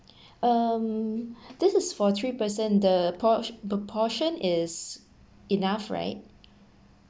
um this is for three person the por~ the portion is enough right